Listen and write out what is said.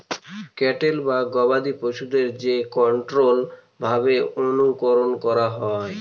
cattle বা গবাদি পশুদের যে কন্ট্রোল্ড ভাবে অনুকরন করা হয়